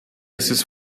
esses